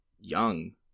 young